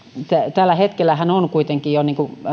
tällä hetkellä jo